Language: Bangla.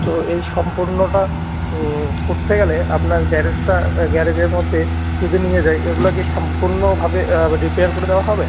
তো এই সম্পূর্ণটা করতে গেলে আপনার গ্যারেজটা এ গ্যারেজের মধ্যে যদি নিয়ে যাই এগুলো কি সম্পূর্ণভাবে রিপেয়ার করে দেওয়া হবে